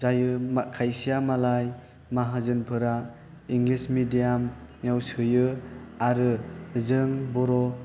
जायो खायसेआ मालाय माहाजोनफोरा इंलिश मिडियामाव सोयो आरो जों बर'